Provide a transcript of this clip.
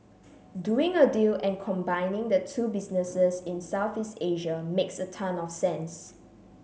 doing a deal and combining the two businesses in Southeast Asia makes a ton of sense